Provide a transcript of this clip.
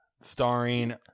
starring